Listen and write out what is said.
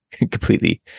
completely